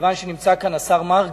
מכיוון שנמצא כאן השר מרגי.